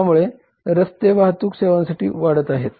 त्यामुळे रस्ते वाहतूक सेवाही वाढत आहेत